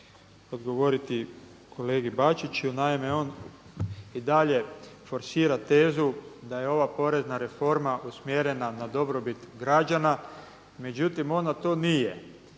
odgovoriti kolegi Bačiću. Naime, on i dalje forsira tezu da je ova porezna reforma usmjerena na dobrobit građana, međutim ona to nije.